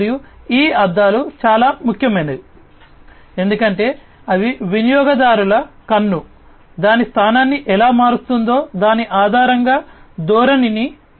మరియు ఈ అద్దాలు చాలా ముఖ్యమైనవి ఎందుకంటే అవి వినియోగదారుల కన్ను దాని స్థానాన్ని ఎలా మారుస్తుందో దాని ఆధారంగా ధోరణిని మార్చగలవు